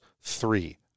three